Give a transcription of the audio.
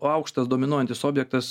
aukštas dominuojantis objektas